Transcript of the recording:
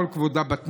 כל כבודה בת מלך,